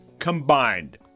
Combined